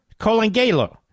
Colangelo